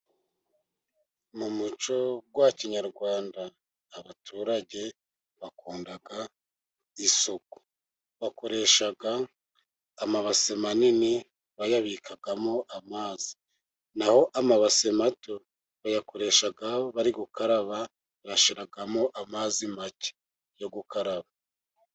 Mu muco wa kinyarwanda, abaturage bakunda isuku, bakoresha amabase manini bayabikamo amazi, naho amabase mato bayakoresha bari gukaraba, bashyiramo amazi make yo gukaraba.